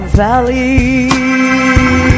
valley